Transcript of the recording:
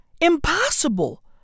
impossible